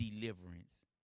deliverance